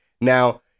Now